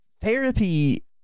therapy